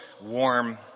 warm